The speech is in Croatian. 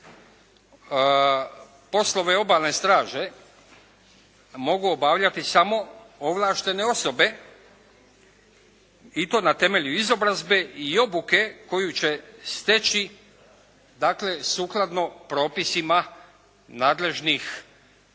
poslove Obalne straže mogu obavljati samo ovlaštene osobe i to na temelju izobrazbe i obuke koju će steći dakle sukladno propisima nadležnih